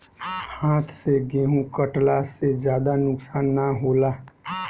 हाथ से गेंहू कटला से ज्यादा नुकसान ना होला